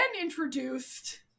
introduced